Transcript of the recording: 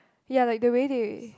ya like the way they